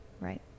Right